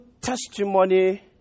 testimony